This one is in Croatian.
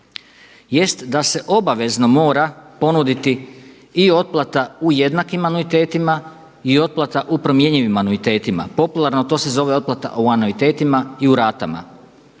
jest da se obavezno mora ponuditi i otplata u jednakim anuitetima i otplata u promjenjivim anuitetima. Popularno to se zove otplata o anuitetima i u ratama.